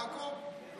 תעקוב.